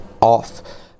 off